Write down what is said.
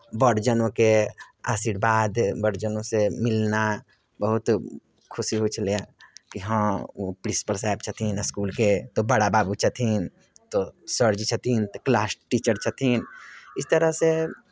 बड़ जनोके आशीर्वाद बड़ जनोसँ मिलना बहुत खुशी होइ छलैए कि हँ ओ प्रिंसिपल साहेब छथिन इस्कुलके तऽ बड़ा बाबू छथिन तऽ सरजी छथिन तऽ क्लास टीचर छथिन इस तरहसँ